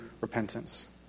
Repentance